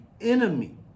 enemy